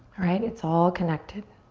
right, it's all connected.